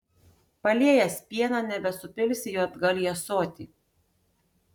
paliejęs pieną nebesupilsi jo atgal į ąsotį